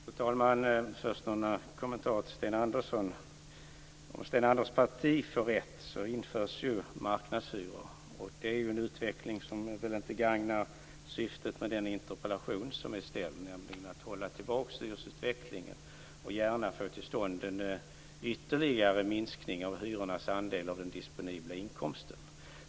Fru talman! Först har jag några kommentarer till Sten Andersson. Om Sten Anderssons parti får rätt införs marknadshyror. Det är ju en utveckling som inte gagnar syftet med den interpellation som är ställd, nämligen att hålla tillbaka hyresutvecklingen och gärna få till stånd ytterligare en minskning av hyrornas andel av den disponibla inkomsten.